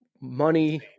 money